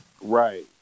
Right